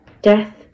Death